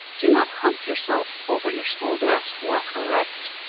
do not hump yourself over your school desk. walk erect.